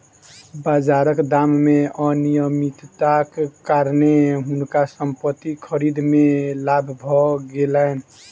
बाजारक दाम मे अनियमितताक कारणेँ हुनका संपत्ति खरीद मे लाभ भ गेलैन